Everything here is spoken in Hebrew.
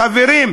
חברים,